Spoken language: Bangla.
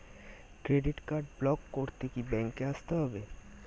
ক্রেডিট কার্ড ব্লক করতে কি ব্যাংকে আসতে হবে?